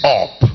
up